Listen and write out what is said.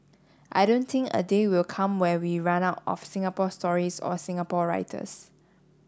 I don't think a day will come where we run out of Singapore stories or Singapore writers